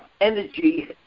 energy